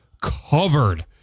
covered